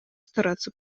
стараться